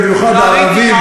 במיוחד הערבים,